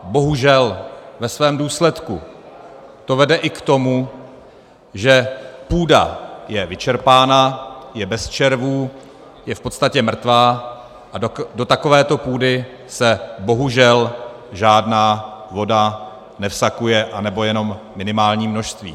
Bohužel ve svém důsledku to vede i k tomu, že půda je vyčerpána, je bez červů, je v podstatě mrtvá, a do takovéto půdy se bohužel žádná voda nevsakuje, anebo jenom minimální množství.